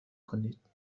کنید